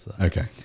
Okay